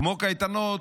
כמו קייטנות,